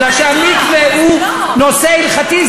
בגלל שהמקווה הוא נושא הלכתי,